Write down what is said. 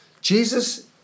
Jesus